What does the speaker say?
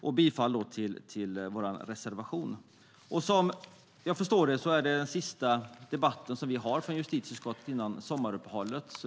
Jag yrkar bifall till vår reservation. Som jag förstår det är den sista debatten vi från justitieutskottet har före sommaruppehållet.